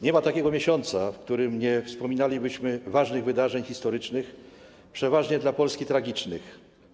Nie ma takiego miesiąca, w którym nie wspominalibyśmy ważnych wydarzeń historycznych, przeważnie dla Polski tragicznych.